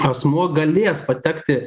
asmuo galės patekti